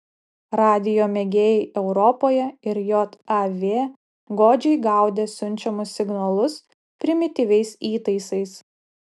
radijo mėgėjai europoje ir jav godžiai gaudė siunčiamus signalus primityviais įtaisais